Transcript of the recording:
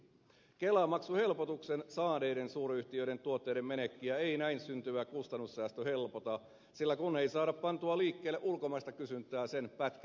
kelamaksuhelpotuksen saaneiden suuryhtiöiden tuotteiden menekkiä ei näin syntyvä kustannussäästö helpota sillä kun ei saada pannuksi liikkeelle ulkomaista kysyntää sen pätkän vertaa